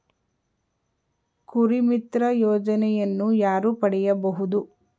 ಕುರಿಮಿತ್ರ ಯೋಜನೆಯನ್ನು ಯಾರು ಪಡೆಯಬಹುದು?